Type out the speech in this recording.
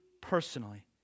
personally